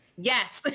yes. but